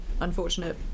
unfortunate